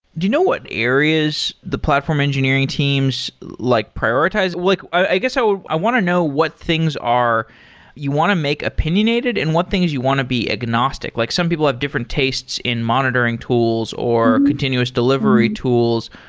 do you know what areas the platform engineering teams like prioritize? like i guess so i want to know what things are you want to make opinionated and what things you want to be agnostic. like some people have different tastes in monitoring tools or continuous delivery tools.